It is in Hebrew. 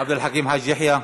עבד אל חכים חאג' יחיא.